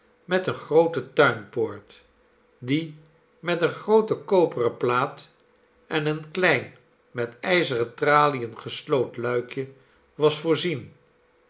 met eene groote tuinpoort die met eene groote koperen plaat en een ldein met ijzeren tralien gesloten luikje was voorzien